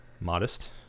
modest